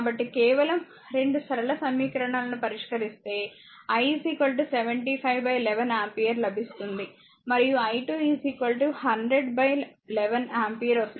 కాబట్టి కేవలం 2 సరళ సమీకరణాలను పరిష్కరిస్తే i 75 11 ఆంపియర్ లభిస్తుంది మరియు i2 100 11 ఆంపియర్ వస్తుంది